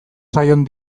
zaion